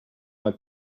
have